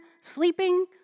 sleeping